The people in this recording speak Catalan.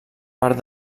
part